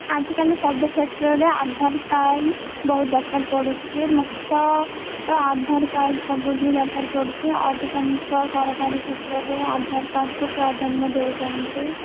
ଆଜିକାଲି ସବୁ କ୍ଷେତ୍ରରେ ଆଧାର କାର୍ଡ଼ ବହୁତ ଦରକାର ପଡ଼ୁଛି ମୁଖ୍ୟତ ଆଧାର କାର୍ଡ଼ ସବୁଠି ଦରକାର ପଡ଼ୁଛି ଅଧିକାଂଶ ସରକାରୀ କ୍ଷେତ୍ରରେ ଆଧାର କାର୍ଡ଼କୁ ପ୍ରାଧାନ୍ୟ ଦେଉଛନ୍ତି